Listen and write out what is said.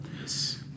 Yes